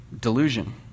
delusion